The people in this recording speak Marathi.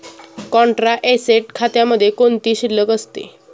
कॉन्ट्रा ऍसेट खात्यामध्ये कोणती शिल्लक असते?